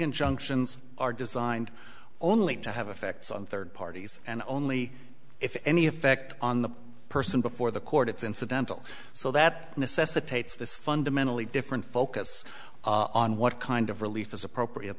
injunctions are designed only to have effects on third parties and only if any effect on the person before the court is incidental so that necessitates this fundamentally different focus on what kind of relief is appropriate